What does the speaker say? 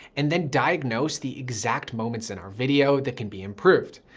and then diagnose the exact moments in our video that can be improved.